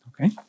okay